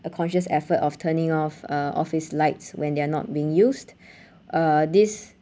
a conscious effort of turning off uh off his lights when they're not being used uh this